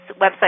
website